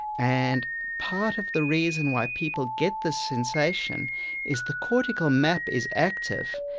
and part of the reason why people get the sensation is the cortical map is active,